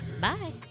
bye